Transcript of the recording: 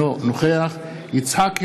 אינו נוכח יצחק הרצוג,